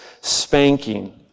spanking